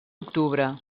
octubre